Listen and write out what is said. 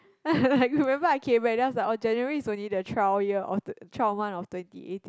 I remember I came right then I was like oh oh January is only the trial year of the trial month of twenty eighteen